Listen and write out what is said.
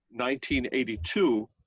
1982